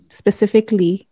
specifically